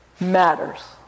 matters